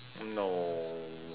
no